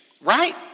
Right